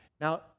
Now